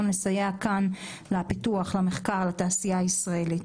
לסייע כאן לפיתוח והמחקר לתעשייה הישראלית.